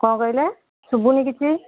କ'ଣ କହିଲେ ଶୁଭୁନି କିଛି